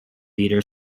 leader